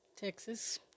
Texas